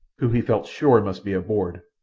who he felt sure must be aboard,